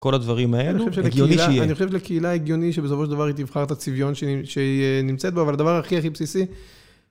כל הדברים האלו הגיוני שיהיה. אני חושב שלקהילה הגיוני שבסופו של דבר היא תבחר את הצביון שהיא נמצאת בו, אבל הדבר הכי הכי בסיסי...